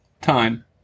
Time